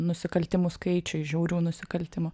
nusikaltimų skaičiui žiaurių nusikaltimų